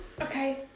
Okay